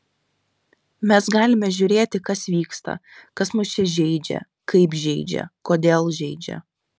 mes galime žiūrėti kas vyksta kas mus čia žeidžia kaip žeidžia kodėl žeidžia